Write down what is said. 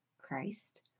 Christ